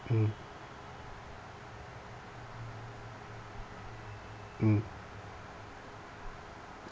mm mm